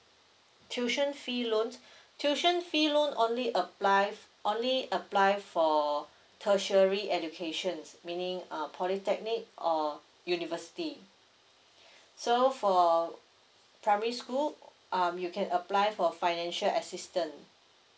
tuition fee loans tuition fee loan only applies only apply for or tertiary educations meaning uh polytechnic or university so for primary school um you can apply for financial assistance